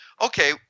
okay